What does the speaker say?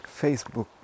Facebook